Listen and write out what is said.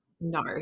no